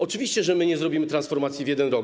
Oczywiście, że my nie zrobimy transformacji w 1 rok.